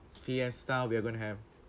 fiesta we are gonna have